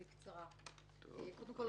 קודם כל,